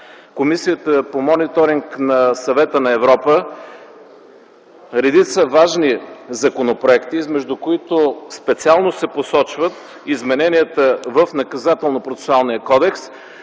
Комисията по мониторинг на Съвета на Европа редица важни законопроекти, измежду които специално се посочват измененията в Наказателно-процесуалния кодекс,